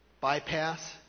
bypass